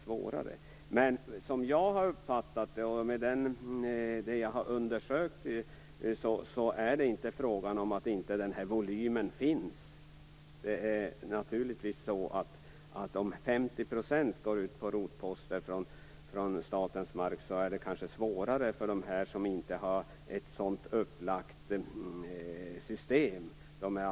Som jag har uppfattat det, och att döma av de undersökningar som jag har gjort, är det inte fråga om att den här volymen inte finns. Om 50 % går ut på rotposter från statens mark, är det kanske svårare för dem som inte har ett sådant system upplagt.